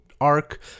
arc